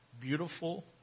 beautiful